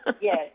Yes